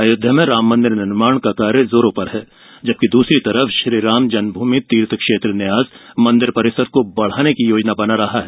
अयोध्या में राम मंदिर निर्माण का कार्य जोरो पर हैं जबकि दूसरी तरफ श्री राम जन्मभूमि तीर्थ क्षेत्र न्यास मंदिर परिसर को बढाने का योजना बना है